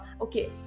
okay